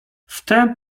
wtem